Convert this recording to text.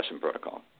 protocol